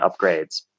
upgrades